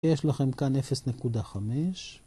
יש לכם כאן 0.5